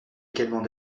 également